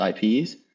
IPs